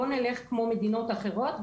בואו נלך כמו מדינות אחרות,